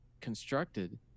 constructed